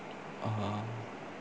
(uh huh)